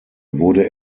wurde